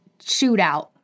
shootout